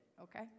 okay